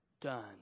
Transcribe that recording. done